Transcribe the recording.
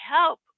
help